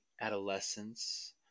adolescence